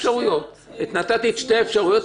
נתתי את שתי האפשרויות.